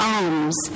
arms